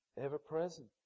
ever-present